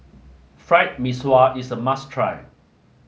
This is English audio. Fried Mee Sua is a must try